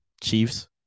Chiefs